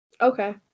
Okay